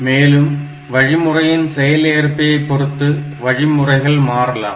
மேலும் வழிமுறையின் செயல்ஏற்பியை பொறுத்து வழிமுறைகள் மாறலாம்